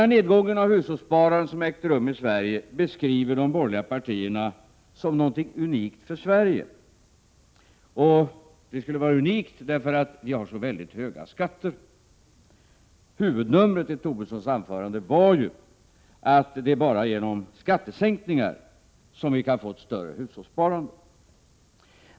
Den nedgång av hushållssparandet som har ägt rum i Sverige beskriver de borgerliga partierna som något unikt för Sverige. Det skulle vara unikt därför att vi har så väldigt höga skatter. Huvudnumret i Tobissons anförande var ju att det är bara genom skattesänkningar som man kan få till stånd ett större hushållssparande.